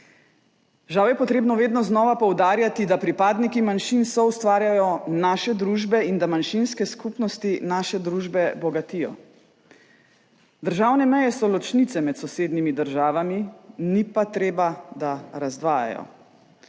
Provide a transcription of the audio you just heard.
Žal je potrebno vedno znova poudarjati, da pripadniki manjšin soustvarjajo naše družbe in da manjšinske skupnosti naše družbe bogatijo. Državne meje so ločnice med sosednjimi državami, ni pa treba, da razdvajajo.